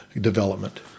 development